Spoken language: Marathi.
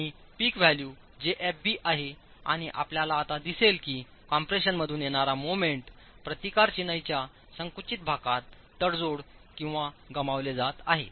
आणि पीक व्हॅल्यू जेFb आहेआणि आपल्याला आता दिसेल की कम्प्रेशनमधून येणारा मोमेंट प्रतिकार चिनाईचा संकुचित भागात तडजोड किंवा गमावले जात आहे